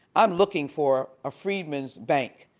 i'm looking for a freedman's bank.